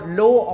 low